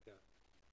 כן.